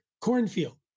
cornfield